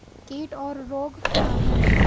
कीट और रोग क्या हैं?